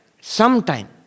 Sometime